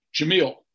Jamil